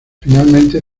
finalmente